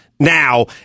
Now